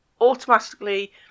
automatically